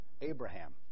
Abraham